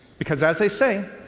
because as they say,